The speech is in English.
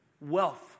wealth